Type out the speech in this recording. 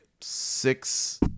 six